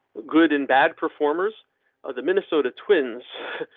good and bad performers of the minnesota twins.